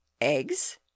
eggs